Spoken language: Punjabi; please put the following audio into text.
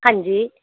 ਹਾਂਜੀ